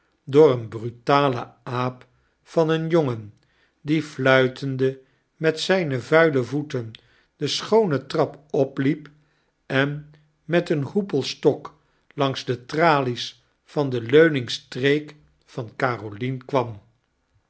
door een brutalen aapvaneenjongen die fluitende met zyne vuile voeten de schoone trap opliep en met een hoepelstok langs de praties van de leuning streek van carolien kwam